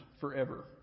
forever